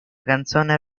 canzone